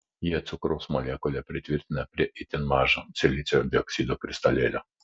jie cukraus molekulę pritvirtina prie itin mažo silicio dioksido kristalėlio